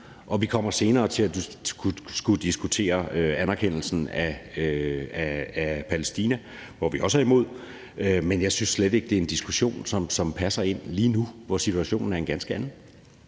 vi kommer senere til at skulle diskutere anerkendelsen af Palæstina, hvor vi også er imod. Men jeg synes slet ikke, det er en diskussion, som passer ind lige nu, hvor situationen er en ganske anden.